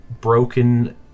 broken